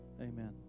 amen